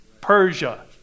Persia